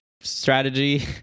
strategy